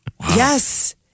yes